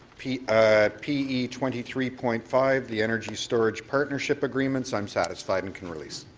pe ah pe twenty three point five the energy storage partnership agreements i'm satisfied and can release.